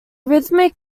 rhythmic